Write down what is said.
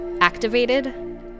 activated